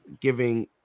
giving